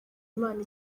imana